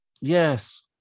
Yes